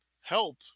help